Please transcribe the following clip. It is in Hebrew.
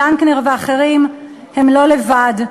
דנקנר ואחרים הם לא לבד,